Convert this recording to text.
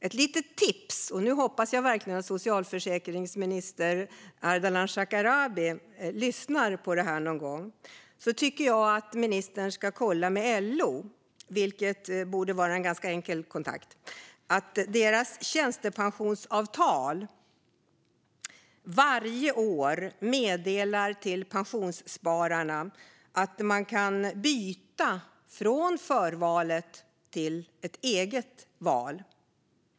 Ett litet tips till socialförsäkringsminister Ardalan Shekarabi, som jag hoppas lyssnar till detta någon gång, är att kolla med LO, vilket borde vara en enkel kontakt. Deras tjänstepensionsavtal innebär att de varje år meddelar pensionsspararna att de kan byta från förvalet till ett eget val.